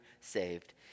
saved